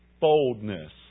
Boldness